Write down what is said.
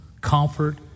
comfort